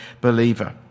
believer